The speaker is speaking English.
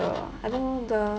I don't know the